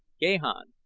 gahan,